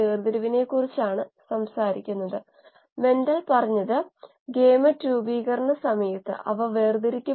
ചിലവ് കാരണം അവ ചെറിയ തോതിൽ വികസിപ്പിച്ചെടുത്തു പ്രക്രിയ നടക്കുമോ എന്ന് നമ്മൾക്ക് അറിയില്ല